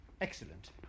excellent